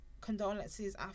condolences